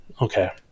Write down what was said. Okay